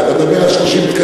אתה מדבר על 30 תקנים,